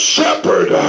Shepherd